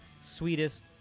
sweetest